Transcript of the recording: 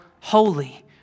holy